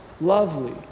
lovely